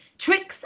tricks